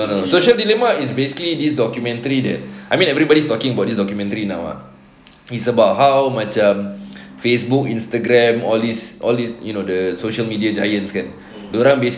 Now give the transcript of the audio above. err social dilemma is basically this documentary that I mean everybody's talking about this documentary now uh it's about how macam Facebook Instagram all these all these you know the social media giants kan dorang basically